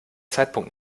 zeitpunkt